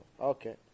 Okay